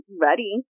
ready